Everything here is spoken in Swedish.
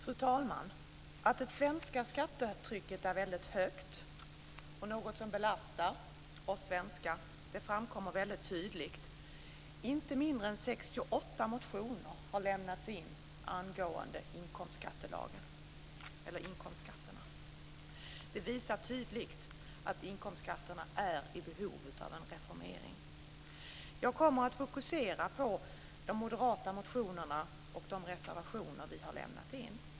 Fru talman! Att det svenska skattetrycket är väldigt högt och något som belastar oss svenskar framkommer väldigt tydligt. Inte mindre än 68 motioner har lämnats in angående inkomstskatterna. Det visar tydligt att inkomstskatterna är i behov av en reformering. Jag kommer att fokusera de moderata motionerna och de reservationer som vi lämnat in.